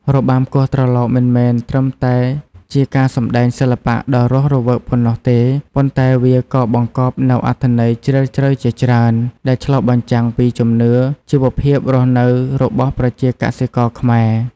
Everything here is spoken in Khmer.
របាំគោះត្រឡោក មិនមែនត្រឹមតែជាការសម្តែងសិល្បៈដ៏រស់រវើកប៉ុណ្ណោះទេ ប៉ុន្តែវាក៏បង្កប់នូវអត្ថន័យជ្រាលជ្រៅជាច្រើន ដែលឆ្លុះបញ្ចាំងពីជំនឿ ជីវភាពរស់នៅរបស់ប្រជាកសិករខ្មែរ។